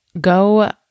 go